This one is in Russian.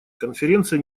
конференция